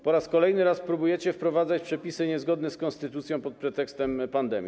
Po raz kolejny próbujecie wprowadzać przepisy niezgodne z konstytucją pod pretekstem pandemii.